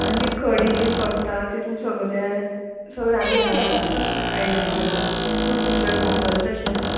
आनी कडी बीन करता तितून सगले सगळे आमी घालतात तशेंत येवपा जाय सो तुमच्यांनी जातले तशें